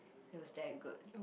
it was that good